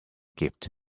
gift